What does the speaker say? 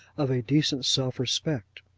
of a decent self-respect.